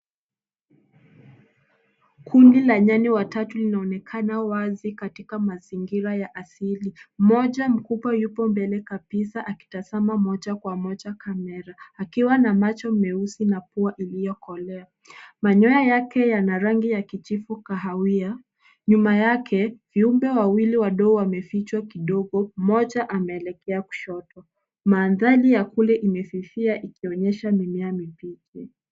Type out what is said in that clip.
KUndi la nyani watatau linaonekana wazi katika mazingira ya asili. Mmoja mkubwa yuko mbele kabisa akitazama moja kwa moja kamera akiwa na macho meusi na pua iliyokolea. Manyoya yake yana rangi ya kijivu kahawia. Nyuma yake, viumbe wawili wamefichwa kidogo, mmoja ameelekea kushoto. Mandhari ya huko imefifia ikionyesha mimea mibichi.